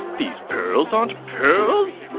these pearls aren't pearls.